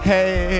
Hey